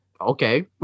okay